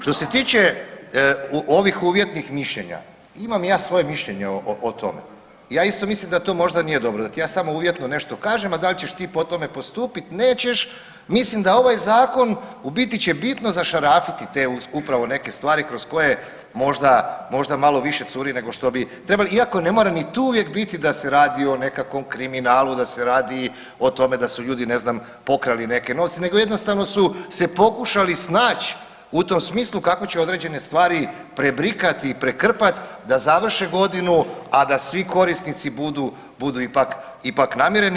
Što se tiče ovih uvjetnih mišljenja, imam i ja svoje mišljenje o tome, ja isto mislim da to možda nije dobro, da ti ja samo uvjetno nešto kažem, a da li ćeš ti po tome postupiti, nećeš, mislim da ovaj Zakon u biti će bitno zašarafiti te upravo neke stvari kroz koje možda, možda malo više curi nego što bi trebali, iako ne mora ni tu uvijek biti da se radi o nekakvom kriminalu, da se radi o tome da su ljudi, ne znam, pokrali neke novce, nego jednostavno su se pokušali snaći u tom smislu kako će određene stvari prebrikati i prekrpati da završe godinu, a da svi korisnici budu ipak namireni.